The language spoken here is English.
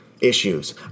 issues